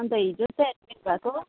अन्त हिजो चाहिँ एडमिट भएको